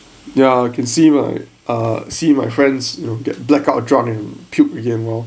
ya can see right uh see my friends you know get blackout drunk and puke again well